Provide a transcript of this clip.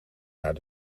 naar